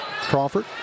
Crawford